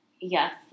Yes